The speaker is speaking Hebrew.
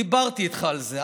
דיברתי איתך על זה,